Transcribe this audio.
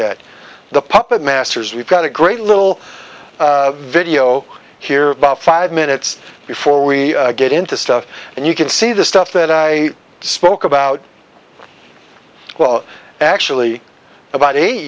that the puppet masters we've got a great little video here about five minutes before we get into stuff and you can see the stuff that i spoke about well actually about eight